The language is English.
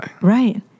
Right